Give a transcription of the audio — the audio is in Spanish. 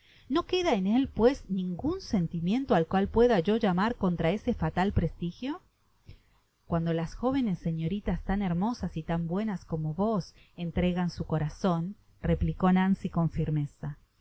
no queda en él pues ningun sentimiento al cual pueda yo llamar contra ese fatal prestigio cuando las jovenes señoritas tan hermosas y tan buenas como vps entregan su corazon replicó nancy con firmeza